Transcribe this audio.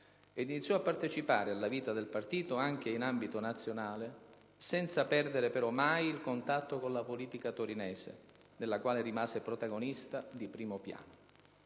iniziò a partecipare alla vita del partito anche in ambito nazionale, senza perdere però mai il contatto con la politica torinese, della quale rimase protagonista di primo piano.